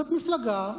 זאת מפלגה,